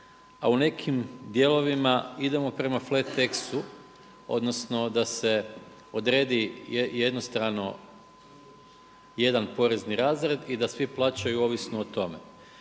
a u nekim dijelovima idemo preko fleteksu, odnosno da se odredi jednostrano jedan porezni razred i da svi plaćaju ovisno o tome.